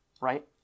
right